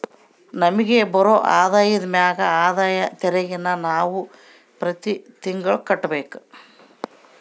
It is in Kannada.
ನಮಿಗ್ ಬರೋ ಆದಾಯದ ಮ್ಯಾಗ ಆದಾಯ ತೆರಿಗೆನ ನಾವು ಪ್ರತಿ ತಿಂಗ್ಳು ಕಟ್ಬಕು